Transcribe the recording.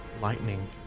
lightning